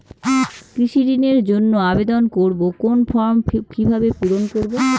কৃষি ঋণের জন্য আবেদন করব কোন ফর্ম কিভাবে পূরণ করব?